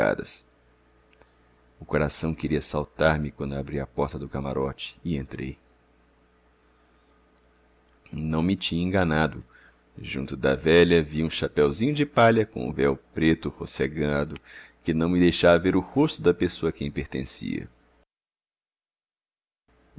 escadas o coração queria saltar me quando abri a porta do camarote e entrei não me tinha enganado junto da velha vi um chapeuzinho de palha com um véu preto rocegado que não me deixava ver o rosto da pessoa a quem pertencia